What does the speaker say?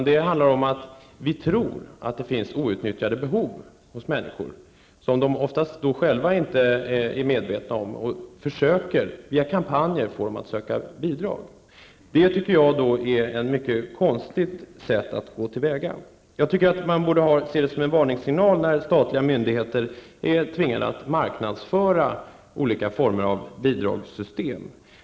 Det handlar om att vi tror att det finns otillfredsställda behov hos människor som de själva inte är medvetna om och att vi via kampanjer försöker att få dem att söka bidrag. Det tycker jag är ett mycket konstigt sätt att gå till väga på. Man borde se det som en varningssignal, när statliga myndigheter tvingas att marknadsföra olika typer av bidragssystem.